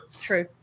True